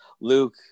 Luke